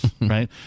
Right